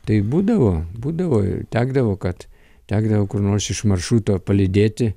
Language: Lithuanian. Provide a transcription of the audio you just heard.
tai būdavo būdavo tekdavo kad tekdavo kur nors iš maršruto palydėti